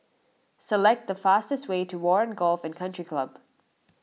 select the fastest way to Warren Golf and Country Club